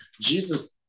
Jesus